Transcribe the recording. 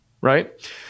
right